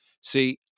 see